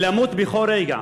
למות בכל רגע.